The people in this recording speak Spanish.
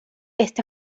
este